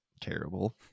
terrible